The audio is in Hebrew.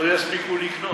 לא יספיקו לקנות.